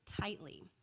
tightly